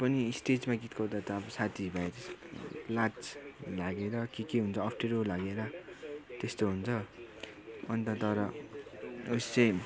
र पनि स्टेजमा गीत गाउँदा त अब साथीभाइ लाज लागेर के के हुन्छ अप्ठ्यारो लागेर त्यस्तो हुन्छ अन्त तर उइस चाहिँ